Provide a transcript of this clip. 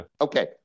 okay